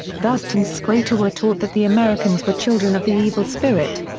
thus tenskwatawa taught that the americans were children of the evil spirit.